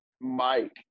Mike